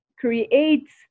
creates